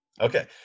Okay